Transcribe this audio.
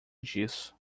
disso